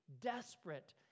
desperate